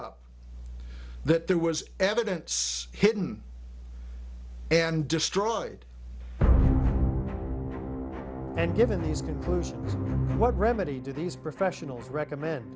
up that there was evidence hidden and destroyed and given the what remedy did these professionals recommend